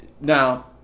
now